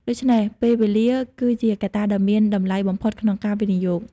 ដូច្នេះ ពេលវេលា គឺជាកត្តាដ៏មានតម្លៃបំផុតក្នុងការវិនិយោគ។